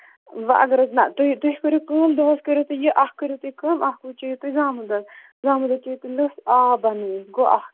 وۄنۍ اگر حظ نہ تُہۍ تُہۍ کٔرِو کٲم دۄہَس کٔرِو تُہۍ یہِ اَکھ کٔرِو تُہۍ کٲم اَکھ وُچھو تُہۍ زامُت دۄہ زامُت دۄد چیٚیِو تُہۍ لٔسۍ آب بنٲیتھ گوٚو اکھ